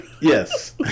yes